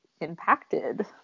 impacted